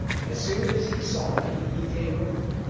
as soon as he saw me, he came over.